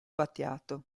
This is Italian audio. battiato